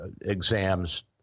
exams